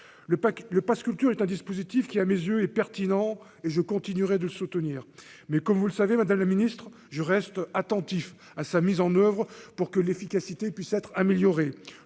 le Pass culture est un dispositif qui, à mes yeux et pertinent et je continuerai de soutenir mais comme vous le savez, madame la ministre, je reste attentif à sa mise en oeuvre pour que l'efficacité puisse être amélioré